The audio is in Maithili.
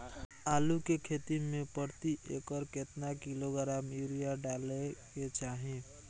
आलू के खेती में प्रति एकर केतना किलोग्राम यूरिया डालय के चाही?